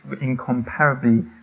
incomparably